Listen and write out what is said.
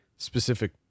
specific